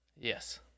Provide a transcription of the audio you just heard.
Yes